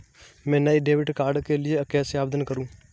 मैं नए debit card के लिए कैसे आवेदन करूं?